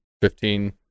Fifteen